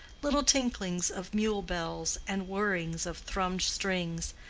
little tinklings of mule-bells and whirrings of thrumbed strings,